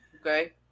Okay